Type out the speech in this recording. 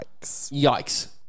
yikes